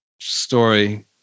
story